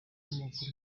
amoko